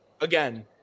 again